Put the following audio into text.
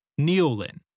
Neolin